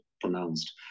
pronounced